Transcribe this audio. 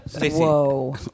whoa